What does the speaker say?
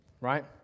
right